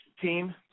team